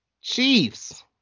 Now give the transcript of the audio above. Chiefs